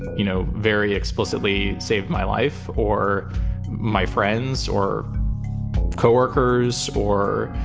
you know, very explicitly saved my life or my friends or co-workers or